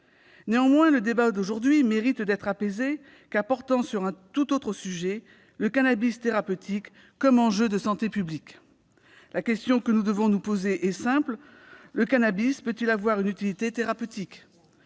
Néanmoins, le débat d'aujourd'hui mérite d'être apaisé, car il porte sur un tout autre sujet : le cannabis thérapeutique comme enjeu de santé publique. La question que nous devons nous poser est simple : le cannabis peut-il avoir une utilité thérapeutique ?